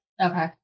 Okay